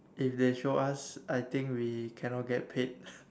if they show us I think we cannot get paid